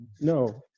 No